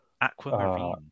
Aquamarine